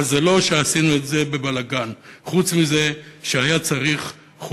אבל זה לא שעשו שם בלגן חוץ ממה שהיה צריך,